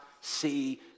see